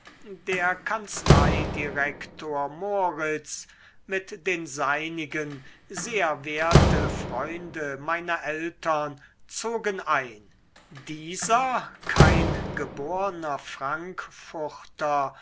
der kanzleidirektor moritz mit den seinigen sehr werte freunde meiner eltern zogen ein dieser kein geborner frankfurter